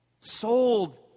sold